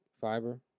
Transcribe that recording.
Fiber